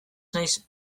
naiz